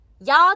Y'all